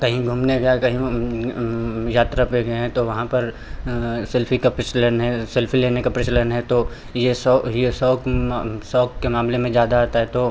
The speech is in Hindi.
कहीं घूमने गया कहीं यात्रा पे गए हैं तो वहाँ पर सेल्फ़ी का प्रचलन है सेल्फ़ी लेने का प्रचलन है तो ये शौक ये शौक शौक के मामले में ज़्यादा आता है तो